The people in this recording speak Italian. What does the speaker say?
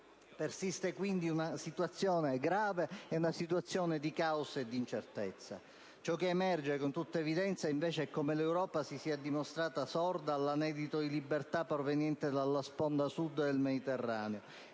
Persiste quindi una situazione grave di caos e incertezza. Ciò che emerge con tutta evidenza invece è come l'Europa si sia dimostrata sorda all'anelito di libertà proveniente dalla sponda Sud del mediterraneo